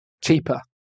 cheaper